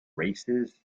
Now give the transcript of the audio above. races